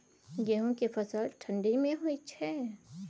गेहूं के फसल ठंडी मे होय छै?